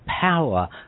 power